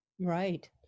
Right